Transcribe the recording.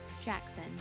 Jackson